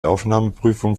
aufnahmeprüfung